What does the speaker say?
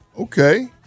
Okay